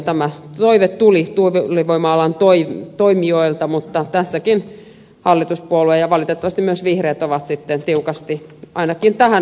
tämä toive tuli tuulivoima alan toimijoilta mutta tässäkin hallituspuolueet ja valitettavasti myös vihreät ovat sitten tiukasti ainakin tähän asti kiinni